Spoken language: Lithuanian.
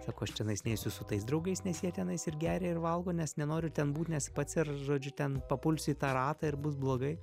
sako aš čionais neisiu su tais draugais nes jie tenais ir geria ir valgo nes nenoriu ten būt nes pats ir žodžiu ten papulsiu į tą ratą ir bus blogai